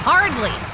Hardly